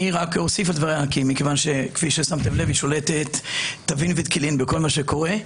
אני רק אוסיף על דבריה מכיוון שהיא שולטת בכל מה שקורה.